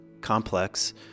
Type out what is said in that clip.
complex